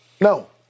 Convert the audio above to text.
No